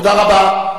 תודה רבה.